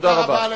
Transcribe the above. תודה רבה.